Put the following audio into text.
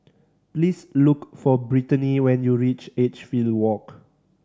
please look for Britany when you reach Edgefield Walk